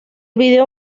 video